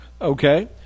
okay